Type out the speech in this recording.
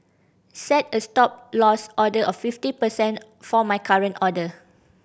set a Stop Loss order of fifty percent for my current order